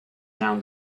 down